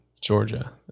georgia